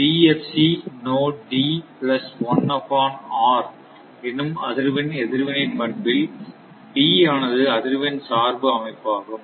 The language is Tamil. B f c note d plus 1 upon r என்னும் அதிர்வெண் எதிர்வினை பண்பில் b ஆனது அதிர்வெண் சார்பு அமைப்பாகும்